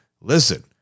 Listen